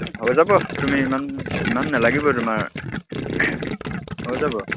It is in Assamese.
হৈ যাব তুমি ইমান ইমান নেলাগিব তোমাৰ হৈ যাব